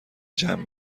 جمع